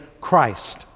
Christ